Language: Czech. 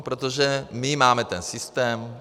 Protože my máme ten systém.